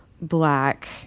black